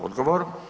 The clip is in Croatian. Odgovor.